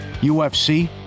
UFC